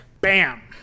Bam